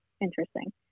interesting